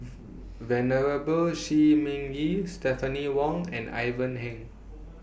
Venerable Shi Ming Yi Stephanie Wong and Ivan Heng